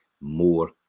more